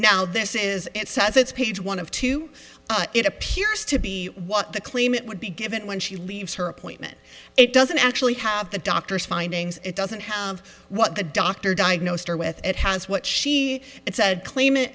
now this is it says it's page one of two it appears to be what the claimant would be given when she leaves her appointment it doesn't actually have the doctor's findings it doesn't have what the doctor diagnosed her with it has what she said claim